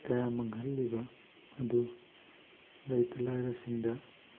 ꯀꯌꯥ ꯃꯥꯡꯍꯜꯂꯤꯕ ꯑꯗꯨ ꯂꯩꯇ ꯂꯥꯏꯔꯁꯤꯡꯗ